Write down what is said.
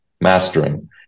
mastering